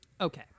Okay